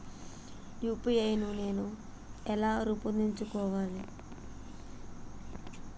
UPI నేను ఎలా రూపొందించుకోవాలి?